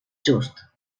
just